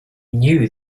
knew